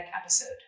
episode